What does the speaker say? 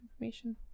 information